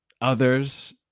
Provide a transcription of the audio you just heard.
others